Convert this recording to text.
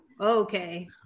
Okay